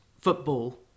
football